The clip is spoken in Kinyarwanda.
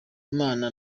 imana